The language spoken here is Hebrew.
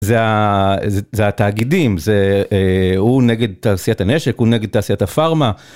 זה התאגידים, הוא נגד תעשיית הנשק, הוא נגד תעשיית הפארמה.